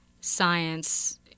science